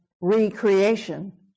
recreation